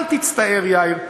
אל תצטער, יאיר.